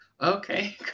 Okay